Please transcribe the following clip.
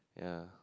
yeah